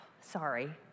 Sorry